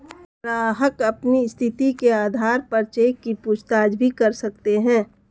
ग्राहक अपनी स्थिति के आधार पर चेक की पूछताछ भी कर सकते हैं